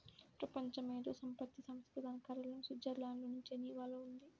ప్రపంచ మేధో సంపత్తి సంస్థ ప్రధాన కార్యాలయం స్విట్జర్లాండ్లోని జెనీవాలో ఉంది